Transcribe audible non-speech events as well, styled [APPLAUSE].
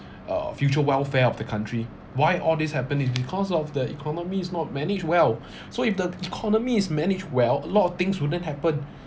uh future welfare of the country why all this happened is because of the economy is not managed well [BREATH] so if the economy is managed well a lot of things wouldn't happen